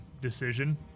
decision